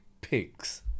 pigs